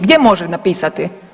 Gdje može napisati?